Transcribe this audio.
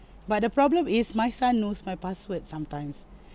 but the problem is my son knows my password sometimes